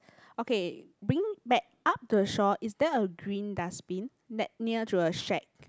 okay bring back up the shore is there a green dustbin net near to a shack